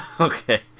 Okay